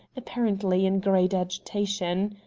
apparently in great agitation.